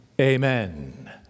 Amen